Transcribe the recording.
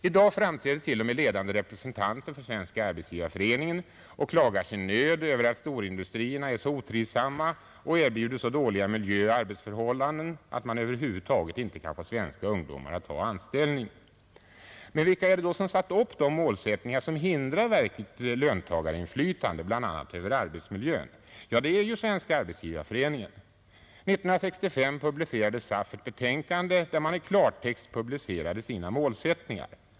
I dag framträder t.o.m. ledande representanter för SAF och klagar sin nöd över att storindustrierna är så otrivsamma och erbjuder så dåliga miljöoch arbetsförhållanden att man över huvud taget inte kan få svenska ungdomar att ta anställning i dem. Men vilka är det då som tagit upp de målsättningar som hindrar verkligt löntagarinflytande, bl.a. när det gäller arbetsmiljön? Ja, det är Svenska arbetsgivareföreningen. År 1965 publicerade SAF ett betänkande, där föreningen i klartext uttryckte sina målsättningar.